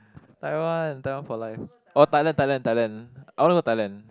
Taiwan Taiwan for life oh Thailand Thailand Thailand I want to go Thailand